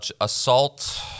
Assault